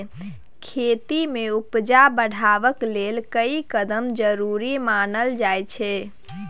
खेती में उपजा बढ़ाबइ लेल ई कदम जरूरी मानल जाइ छै